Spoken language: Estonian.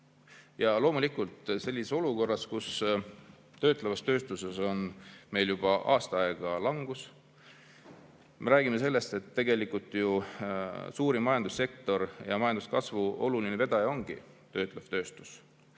Ja loomulikult sellises olukorras, kus töötlevas tööstuses on meil juba aasta aega langus – tegelikult meil ju suurim majandussektor ja majanduskasvu oluline vedaja ongi töötlev tööstus